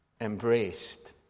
embraced